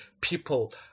people